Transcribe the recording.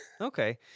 Okay